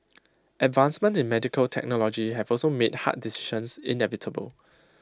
advancements in medical technology have also made hard decisions inevitable